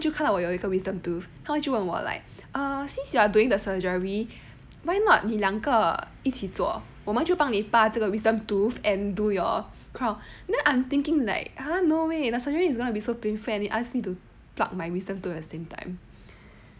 他们就看到我有一个 wisdom tooth 他们就问我 like err since you are doing the surgery why not 你两个一起做我们就帮你拔这个 wisdom tooth and do your crown then I'm thinking like !huh! no way the surgery is gonna be so painful and they ask me to plug my wisdom tooth at the same time